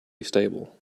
stable